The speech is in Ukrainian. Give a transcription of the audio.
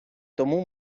тому